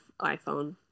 iPhone